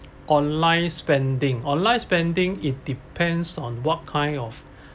online spending online spending it depends on what kind of